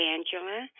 Angela